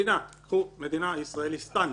קחו מדינה, ישראליסטן